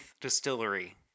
distillery